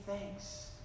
thanks